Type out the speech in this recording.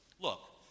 Look